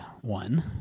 one